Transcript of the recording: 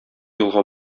елга